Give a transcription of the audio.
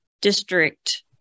district